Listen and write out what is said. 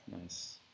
Nice